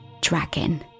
Dragon